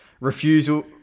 refusal